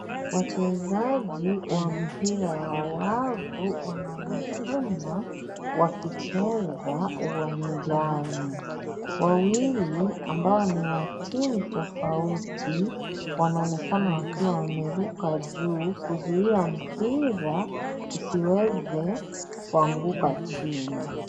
Wachezaji wa mpira wa wavu wanaonekana wakicheza uwanjani. Wawili ambao ni wa timu tofauti wanaonekana wakiwa wameruka juu kuzuia mpira usiweze kuanguka chini.